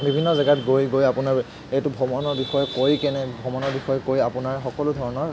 বিভিন্ন জেগাত গৈ গৈ আপোনাৰ এইটো ভ্ৰমণৰ বিষয়ে কৈ কেনে ভ্ৰমণৰ বিষয়ে কৈ আপোনাৰ সকলো ধৰণৰ